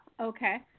Okay